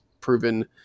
proven